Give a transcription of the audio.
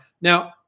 Now